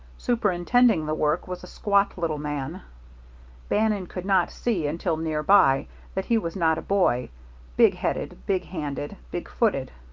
superintending the work was a squat little man bannon could not see until near by that he was not a boy big-headed, big-handed, big-footed.